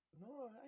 No